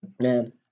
Man